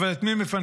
אבל את מי מפנקים?